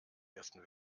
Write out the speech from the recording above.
ersten